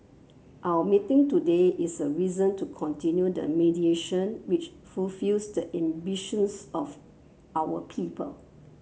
our meeting today is a reason to continue the mediation which fulfils the ambitions of our people